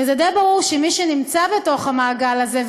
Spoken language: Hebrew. זה די ברור שמי שנמצא בתוך המעגל הזה,